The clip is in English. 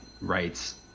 rights